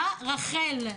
מה רח"ל?